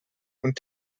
und